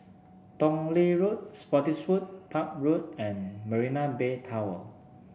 Tong Lee Road Spottiswoode Park Road and Marina Bay Tower